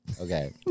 Okay